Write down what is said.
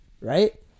right